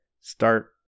start